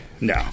No